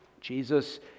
Jesus